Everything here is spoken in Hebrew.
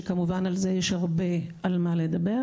שכמובן על זה יש הרבה על מה לדבר,